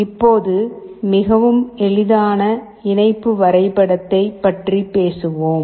இப்போது மிகவும் எளிதான இணைப்பு வரைபடத்தை பற்றி பேசுவோம்